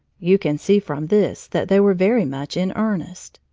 you can see from this that they were very much in earnest.